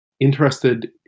interested